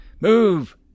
Move